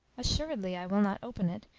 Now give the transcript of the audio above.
assuredly i will not open it,